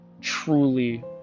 Truly